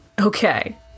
Okay